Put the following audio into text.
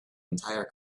entire